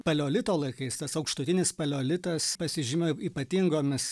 paleolito laikais tas aukštutinis paleolitas pasižymėjo ypatingomis